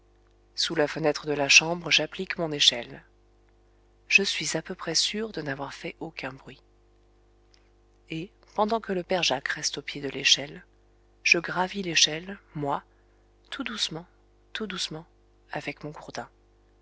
sous la fenêtre de la chambre j'applique mon échelle je suis à peu près sûr de n'avoir fait aucun bruit et pendant que le père jacques reste au pied de l'échelle je gravis l'échelle moi tout doucement tout doucement avec mon gourdin